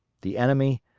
the enemy,